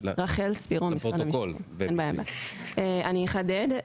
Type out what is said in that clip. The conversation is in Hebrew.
אני אחדד.